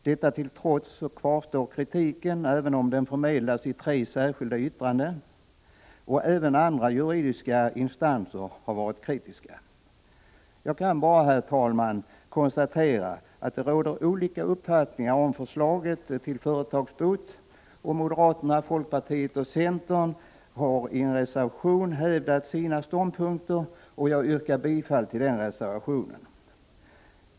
Detta till trots kvarstår kritiken, även om den förmedlas i tre särskilda yttranden. Även andra juridiska instanser har varit kritiska. Jag kan bara konstatera, herr talman, att det råder olika uppfattningar om förslaget till företagsbot, och moderaterna, folkpartiet och centern har i en reservation hävdat sina ståndpunkter. Jag yrkar bifall till den reservationen.